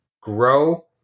grow